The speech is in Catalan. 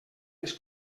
les